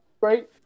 great